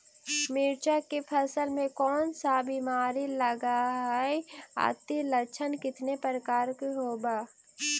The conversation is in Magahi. मीरचा के फसल मे कोन सा बीमारी लगहय, अती लक्षण कितने प्रकार के होब?